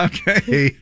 Okay